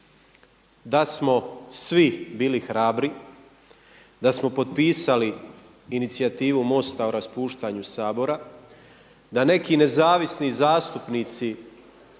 Da smo svi bili hrabri, da smo potpisali inicijativu MOST-a o raspuštanju Sabora, da neki nezavisni zastupnici